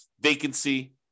vacancy